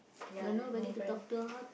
ya I no friend